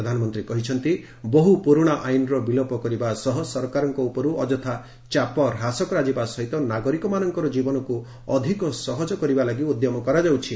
ପ୍ରଧାନମନ୍ତ୍ରୀ କହିଛନ୍ତି ବହୁ ପୁରୁଣା ଆଇନ୍ର ବିଲୋପ କରିବା ସହିତ ସରକାରଙ୍କ ଉପରୁ ଅଯଥା ଚାପ ହ୍ରାସ କରାଯିବା ସହିତ ନାଗରିକମାନଙ୍କର ଜୀବନକୁ ଅଧିକ ସହଜ କରିବା ଲାଗି ଉଦ୍ୟମ କରାଯାଉଛି